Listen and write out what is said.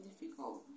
difficult